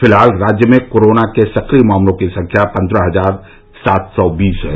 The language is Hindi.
फिलहाल राज्य में कोरोना के सक्रिय मामलों की संख्या पंद्रह हजार सात सौ बीस है